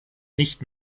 nicht